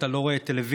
אתה לא רואה טלוויזיה,